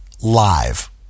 live